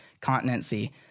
continency